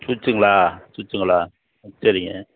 ஸ்விட்சிங்களா ஸ்விட்சிங்களா சரிங்க